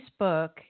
Facebook